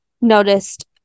noticed